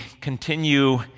continue